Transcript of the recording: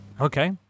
Okay